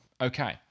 Okay